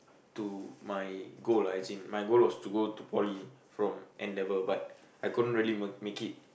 to my goal lah as in my goal was to go to Poly from N-level but I couldn't really m~ make it